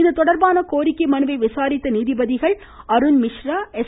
இதுதொடர்பான கோரிக்கை மனுவை விசாரித்த நீதிபதிகள் அருண்மிஸ்ரா எஸ்